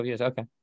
Okay